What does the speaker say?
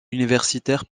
universitaire